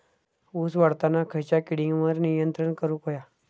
ऊस वाढताना खयच्या किडींवर नियंत्रण करुक व्हया?